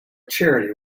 charity